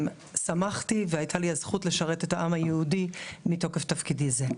שמחתי והייתה לי הזכות לשרת את העם היהודי מתוקף תפקידי זה.